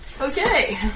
Okay